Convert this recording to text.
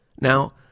Now